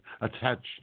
attached